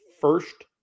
first